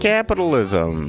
Capitalism